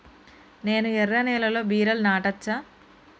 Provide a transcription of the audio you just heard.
నేను ఎర్ర నేలలో బీరలు నాటచ్చా?